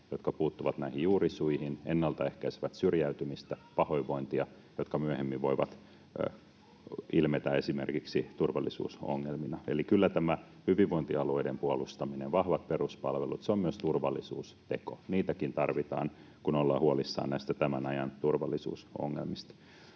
jotka puuttuvat juurisyihin, ennaltaehkäisevät syrjäytymistä ja pahoinvointia, jotka myöhemmin voivat ilmetä esimerkiksi turvallisuusongelmina. Eli kyllä hyvinvointialueiden puolustaminen, vahvat peruspalvelut, on myös turvallisuusteko. Niitäkin tarvitaan, kun ollaan huolissaan tämän ajan turvallisuusongelmista.